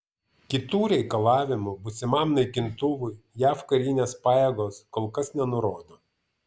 kitų reikalavimų būsimam naikintuvui jav karinės pajėgos kol kas nenurodo